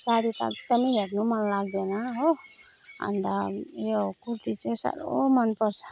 साडी त एकदमै हेर्नु मन लाग्दैन हो अन्त यो कुर्ती चाहिँ साह्रो मनपर्छ